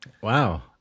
Wow